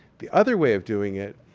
the other way of doing it,